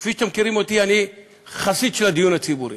כפי שאתם מכירים אותי, אני חסיד של הדיון הציבורי.